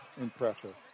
impressive